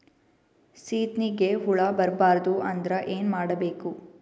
ಸೀತ್ನಿಗೆ ಹುಳ ಬರ್ಬಾರ್ದು ಅಂದ್ರ ಏನ್ ಮಾಡಬೇಕು?